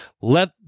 Let